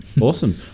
Awesome